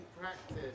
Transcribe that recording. practice